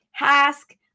ask